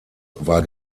war